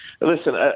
Listen